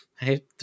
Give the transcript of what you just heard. hey